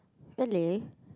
really